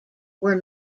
were